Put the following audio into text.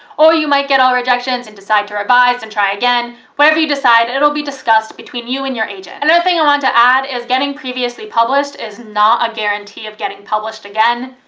or you might get all rejections and decide to revise and try again whatever you decide, it'll be discussed between you and your agent. another thing i wanted to add is getting previously published is not a guarantee of getting published again,